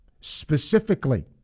specifically